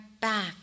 back